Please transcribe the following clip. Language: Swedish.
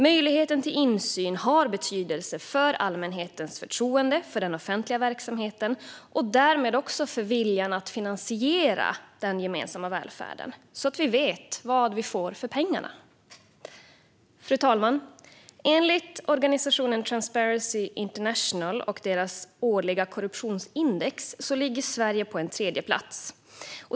Möjligheten till insyn har betydelse för allmänhetens förtroende för den offentliga verksamheten och därmed också för viljan att finansiera den gemensamma välfärden. På det sättet vet vi vad vi får för pengarna. Fru talman! På organisationen Transparency Internationals årliga korruptionsindex ligger Sverige på en tredjeplats.